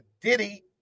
Diddy